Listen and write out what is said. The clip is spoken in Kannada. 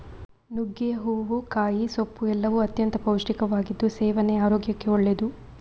ನುಗ್ಗೆಯ ಹೂವು, ಕಾಯಿ, ಸೊಪ್ಪು ಎಲ್ಲವೂ ಅತ್ಯಂತ ಪೌಷ್ಟಿಕವಾಗಿದ್ದು ಸೇವನೆ ಆರೋಗ್ಯಕ್ಕೆ ಒಳ್ಳೆದ್ದು